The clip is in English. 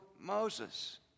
Moses